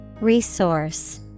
Resource